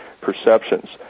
perceptions